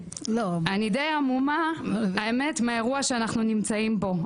אני די המומה מהאירוע שאנחנו נמצאים בו.